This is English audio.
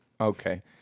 Okay